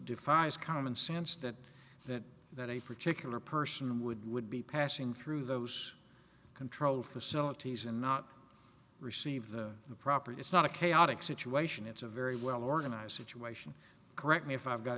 defies common sense that that that any particular person would would be passing through those control facilities and not receive proper it's not a chaotic situation it's a very well organized situation correct me if i've got